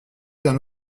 d’un